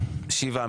שבעה.